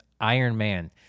Ironman